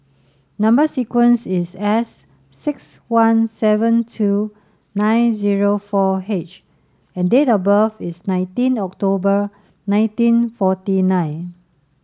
number sequence is S six one seven two nine zero four H and date of birth is nineteen October nineteen forty nine